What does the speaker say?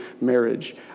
marriage